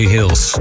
Hills